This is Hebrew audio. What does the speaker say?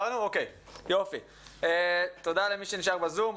תודה למי שנשאר בזום,